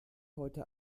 heute